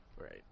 Right